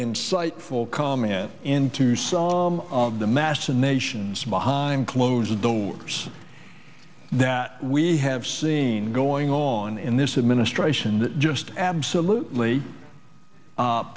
insightful comment into some of the machinations behind closed doors that we have seen going on in this administration just absolutely